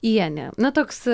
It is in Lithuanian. ienė na toks